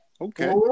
Okay